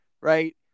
Right